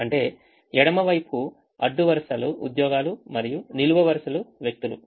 అంటే ఎడమ వైపు అడ్డు వరుసలు ఉద్యోగాలు మరియు నిలువు వరుసలు వ్యక్తులు